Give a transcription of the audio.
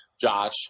Josh